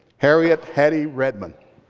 harriet hattie' redmond.